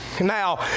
Now